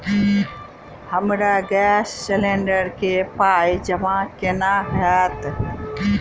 हमरा gas cylinder केँ पाई जमा केना हएत?